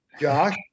Josh